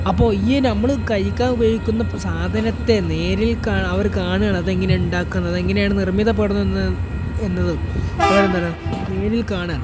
അപ്പോൾ നമ്മൾ കഴിക്കാൻ ഉപയോഗിക്കുന്ന ഇപ്പോൾ സാധനത്തെ നേരിൽ അവർ കാണുകയാണ് അതെങ്ങനെയാണ് ഉണ്ടാക്കുന്നത് എങ്ങനെയാണ് നിർമ്മിക്കപ്പെടുന്നത് എന്നത് അവരെന്താണ് നേരിൽ കാണുകയാണ്